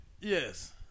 Yes